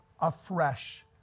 afresh